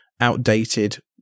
outdated